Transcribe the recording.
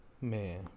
Man